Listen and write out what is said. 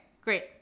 Great